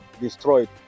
destroyed